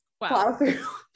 Wow